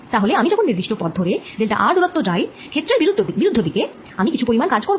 তাহলে আমি যখন এই নির্দিষ্ট পথ ধরে ডেল্টা r দুরত্ব যাই ক্ষেত্রের বিরুদ্ধ দিকে আমি কিছু পরিমান কাজ করব